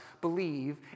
believe